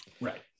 Right